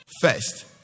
First